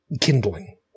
kindling